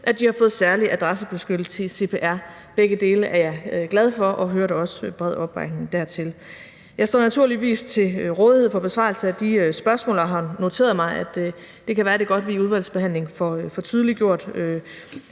at de har fået særlig adressebeskyttelse i CPR. Begge dele er jeg glad for og hørte også bred opbakning dertil. Jeg står naturligvis til rådighed for besvarelse af spørgsmål og har noteret mig, at det kan være, at det er godt, at vi i udvalgsbehandlingen får tydeliggjort